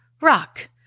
rock